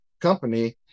company